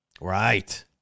right